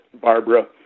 Barbara